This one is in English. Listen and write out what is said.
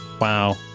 Wow